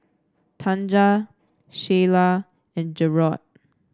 Tanja Sheyla and Jerod